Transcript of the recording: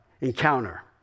encounter